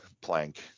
plank